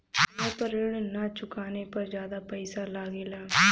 समय पर ऋण ना चुकाने पर ज्यादा पईसा लगेला?